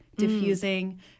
diffusing